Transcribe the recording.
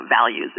values